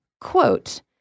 quote